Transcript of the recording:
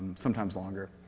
sometimes longer.